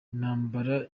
intambara